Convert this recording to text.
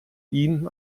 ihn